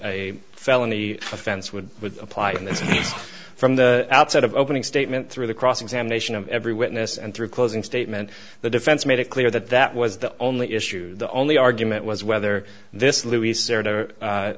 a felony offense would apply in this case from the outset of opening statement through the cross examination of every witness and through closing statement the defense made it clear that that was the only issue the only argument was whether this